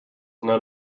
known